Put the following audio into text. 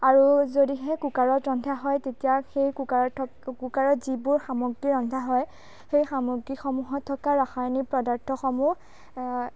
আৰু যদিহে কুকাৰত ৰন্ধা হয় তেতিয়া সেই কুকাৰত থ কুকাৰত যিবোৰ সামগ্ৰী ৰন্ধা হয় সেই সামগ্ৰীসমূহত থকা ৰাসায়নিক পদাৰ্থসমূহ